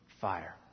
Fire